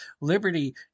Liberty